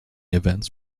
events